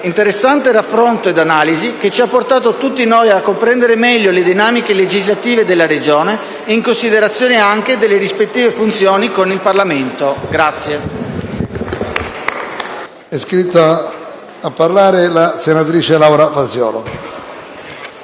interessante raffronto e di analisi, che ha portato tutti noi a comprendere meglio le dinamiche legislative della Regione, in considerazione anche delle rispettive funzioni con il Parlamento.